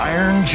Iron